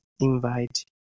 invite